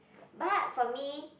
but for me